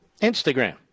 Instagram